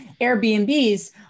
Airbnbs